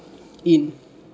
in